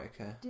okay